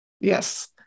Yes